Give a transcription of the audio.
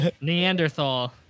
Neanderthal